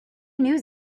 news